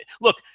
Look